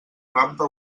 rampa